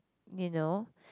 you know